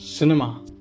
Cinema